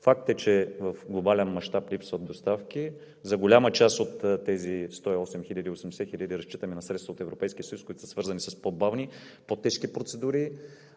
Факт е, че в глобален мащаб липсват доставки. За голяма част от тези 108 хиляди – 80 хиляди разчитаме на средства от Европейския съюз, които са свързани с по-бавни, по-тежки процедури,